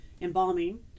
embalming